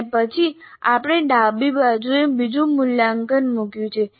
અને પછી આપણે ડાબી બાજુએ બીજું મૂલ્યાંકન મૂક્યું છે